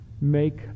make